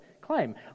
claim